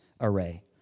array